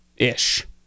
ish